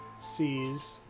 sees